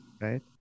Right